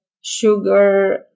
sugar